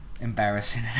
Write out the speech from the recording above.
embarrassing